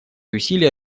усилия